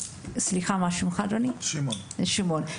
שמעון,